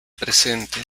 presente